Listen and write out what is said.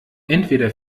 entweder